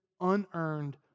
unearned